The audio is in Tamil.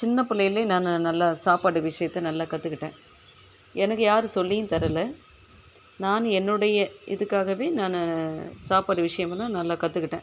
சின்ன பிள்ளைலையே நான் நல்லா சாப்பாடு விஷயத்தை நல்லா கத்துக்கிட்டேன் எனக்கு யாரும் சொல்லியும் தரலை நான் என்னுடைய இதுக்காகவே நான் சாப்பாடு விஷயமெல்லாம் நல்லா கத்துக்கிட்டேன்